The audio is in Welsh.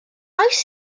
oes